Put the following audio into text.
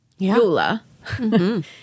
Yula